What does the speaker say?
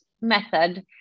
method